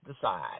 decide